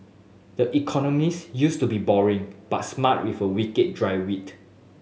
the economists used to be boring but smart with a wicked dry wit